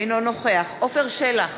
אינו נוכח עפר שלח,